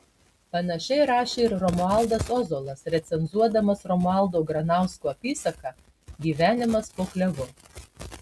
panašiai rašė ir romualdas ozolas recenzuodamas romualdo granausko apysaką gyvenimas po klevu